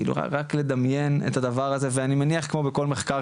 כאילו רק לדמיין את הדבר הזה ואני מניח כמו בכל מחקר